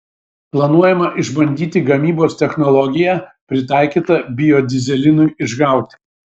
planuojama išbandyti gamybos technologiją pritaikytą biodyzelinui išgauti